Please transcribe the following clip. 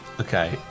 Okay